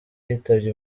yitabye